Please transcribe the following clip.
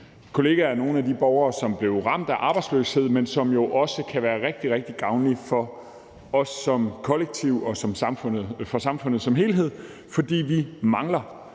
rigtig gavnlig for borgere, som er blevet ramt af arbejdsløshed, men som jo også kan være rigtig, rigtig gavnlige for os som kollektiv og samfundet som helhed, fordi vi mangler